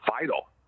vital